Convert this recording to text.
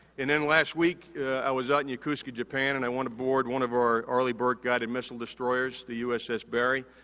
and, then last week i was out in yokosuka, japan and i went aboard one of our early bird guided missile destroyers, the uss barry.